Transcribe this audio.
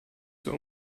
zur